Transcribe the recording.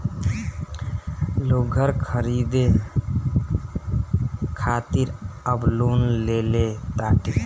लोग घर खरीदे खातिर अब लोन लेले ताटे